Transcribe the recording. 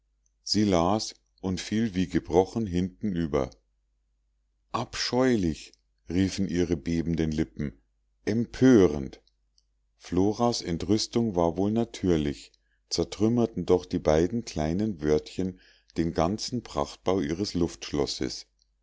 sie las und fiel wie gebrochen hintenüber abscheulich riefen ihre bebenden lippen empörend floras entrüstung war wohl natürlich zertrümmerten doch die beiden kleinen wörtchen den ganzen prachtbau ihres